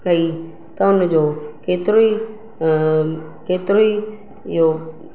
कई त हुनजो केतिरो ई केतिरो ई इहो